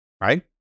right